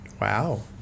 Wow